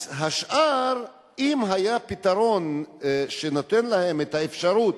השאר, אם היה פתרון שנותן להם את האפשרות,